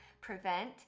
prevent